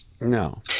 No